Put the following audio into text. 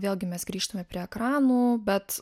vėlgi mes grįžtame prie ekranų bet